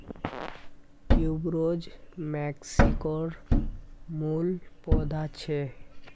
tuberose मेक्सिकोर मूल पौधा छेक